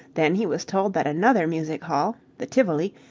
then he was told that another music-hall, the tivoli,